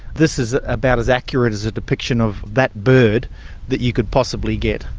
this is about as accurate as a depiction of that bird that you could possibly get.